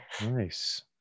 Nice